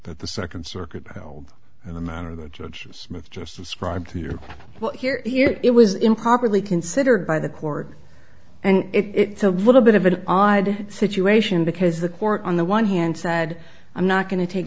that the second circuit held in the manner the judge smith just described here well here here it was improperly considered by the court and it's a little bit of an odd situation because the court on the one hand said i'm not going to take